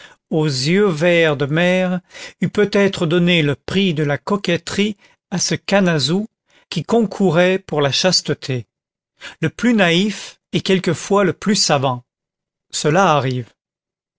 aux yeux vert de mer eût peut-être donné le prix de la coquetterie à ce canezou qui concourait pour la chasteté le plus naïf est quelquefois le plus savant cela arrive